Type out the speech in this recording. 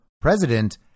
president